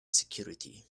security